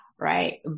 right